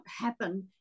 happen